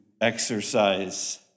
exercise